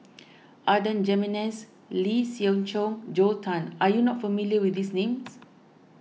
Adan Jimenez Lee Siew Choh Joel Tan are you not familiar with these names